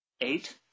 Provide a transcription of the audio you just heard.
eight